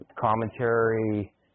commentary